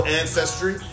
ancestry